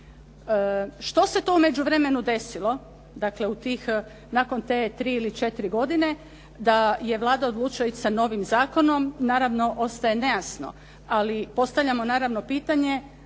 Što se tu u međuvremenu desilo, dakle, u tih, nakon tih tri ili četiri godine da je Vlada odlučila ići sa novim zakonom naravno ostaje nejasno. Ali postavljamo naravno pitanje